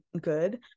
good